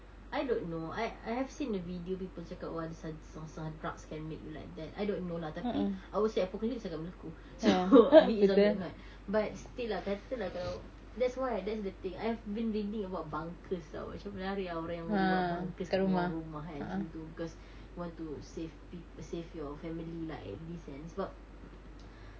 I don't know I I have seen the video people cakap the science or some drugs can make you like that I don't know lah tapi I would say apocalypse akan berlaku so be it zombie or not but still ah kata lah kalau that's why that's the thing I've been reading about bunkers [tau] macam menarik ah orang yang boleh buat bunkers kat bawah rumah kan macam tu because you want to save peop~ save your family lah at least and sebab